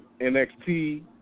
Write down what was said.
NXT